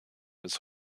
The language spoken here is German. bis